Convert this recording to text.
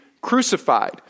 crucified